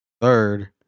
third